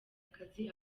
akazi